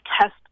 test